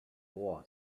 war